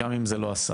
גם אם זה לא השר.